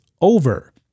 over